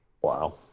Wow